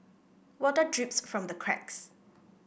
water drips from the cracks